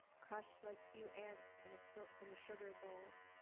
crushed like few ants in so in a sugar bowl.